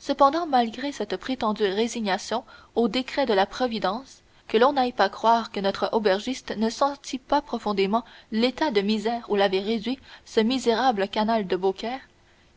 cependant malgré cette prétendue résignation aux décrets de la providence que l'on n'aille pas croire que notre aubergiste ne sentît pas profondément l'état de misère où l'avait réduit ce misérable canal de beaucaire